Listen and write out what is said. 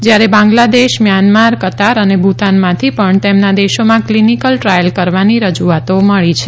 જ્યારે Bangladesh Myanmar Qatar અને ભૂતાનમાંથી પણ તેમના દેશોમાં ક્લીનીકલ ટ્રાયલ કરવાની રજૂઆતો મળી છે